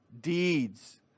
deeds